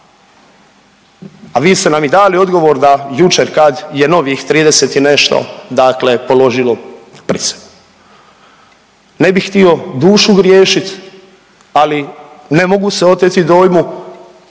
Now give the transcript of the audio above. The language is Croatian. A vi ste nam i dali odgovor da, jučer kad je novih 30 i nešto dakle položilo prisegu. Ne bih htio dušu griješit, ali ne mogu se oteti dojmu